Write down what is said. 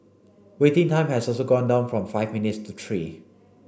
waiting time has also gone down from five minutes to three